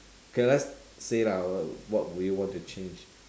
okay let's say lah what will you want to change